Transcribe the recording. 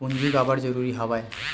पूंजी काबर जरूरी हवय?